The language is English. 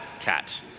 cat